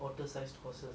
brother